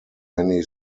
many